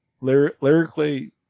lyrically